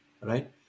right